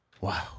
Wow